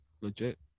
legit